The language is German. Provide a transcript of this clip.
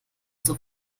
zur